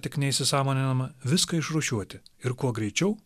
tik neįsisąmoninama viską išrūšiuoti ir kuo greičiau